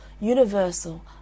universal